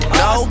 no